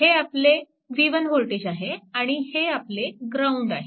हे आपले v1 voltage आहे आणि हे आपले ग्राउंड आहे